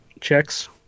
checks